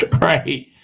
Right